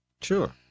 Sure